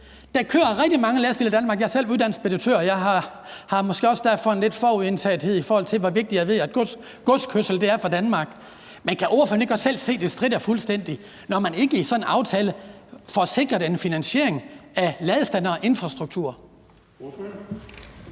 Der kører rigtig mange lastbiler i Danmark. Jeg er selv uddannet speditør, og jeg har måske derfor også lidt en forudindtagethed i forhold til at vide, hvor vigtigt godskørsel er for Danmark. Men kan ordføreren ikke også selv se, at det stritter fuldstændig, når man i sådan en aftale ikke får sikret en finansiering af ladestanderinfrastrukturen?